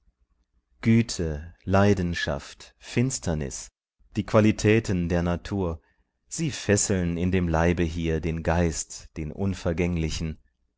güte leidenschaft finsternis die qualitäten der natur sie fesseln in dem leibe hier den geist den unvergänglichen